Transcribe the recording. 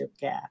gap